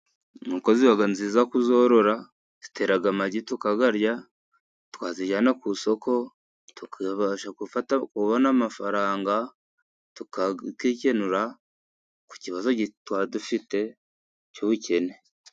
Inkoko ziba nziza kuzorora, zitera amagi tukayarya, twazijyana ku isoko tukabasha ukubona amafaranga, tukikenura ku kibazo twari dufite cy'ubukene.